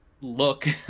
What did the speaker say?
look